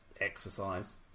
exercise